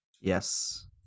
Yes